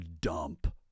dump